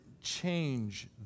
change